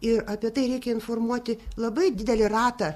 ir apie tai reikia informuoti labai didelį ratą